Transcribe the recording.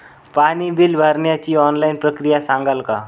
पाणी बिल भरण्याची ऑनलाईन प्रक्रिया सांगाल का?